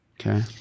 Okay